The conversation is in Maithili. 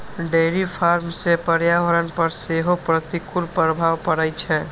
डेयरी फार्म सं पर्यावरण पर सेहो प्रतिकूल प्रभाव पड़ै छै